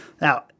Now